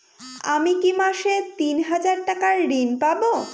আমি কি মাসে তিন হাজার টাকার ঋণ পাবো?